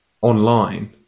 online